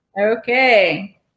Okay